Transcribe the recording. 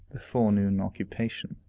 the forenoon occupation.